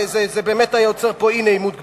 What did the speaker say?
זה באמת היה יוצר פה אי-נעימות גדולה.